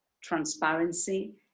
transparency